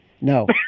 No